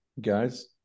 Guys